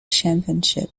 championship